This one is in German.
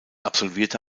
absolvierte